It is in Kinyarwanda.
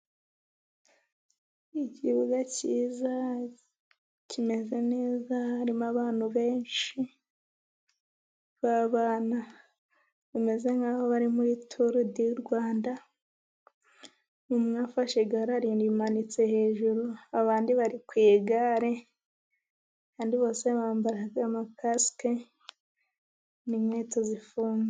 Ikibuga cyiza kimeze neza, harimo abantu benshi b'abana bameze nk'aho bari muri turu di Rwanda, umwe afashe igare arimanitse hejuru, abandi bari ku igare kandi bose bambara amakasike n'inkweto zifunze.